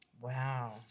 Wow